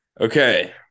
Okay